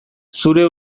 zure